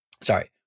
sorry